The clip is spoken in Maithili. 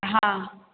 हँ